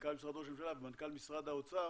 מנכ"ל משרד ראש הממשלה ומנכ"ל משרד האוצר,